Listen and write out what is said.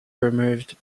removed